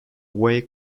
wake